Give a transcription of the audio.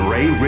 Ray